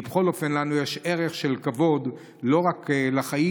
כי בכל אופן לנו יש ערך של כבוד לא רק לחיים,